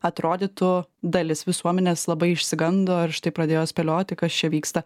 atrodytų dalis visuomenės labai išsigando ir štai pradėjo spėlioti kas čia vyksta